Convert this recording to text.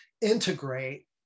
integrate